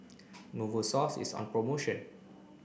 Novosource is on promotion